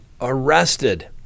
arrested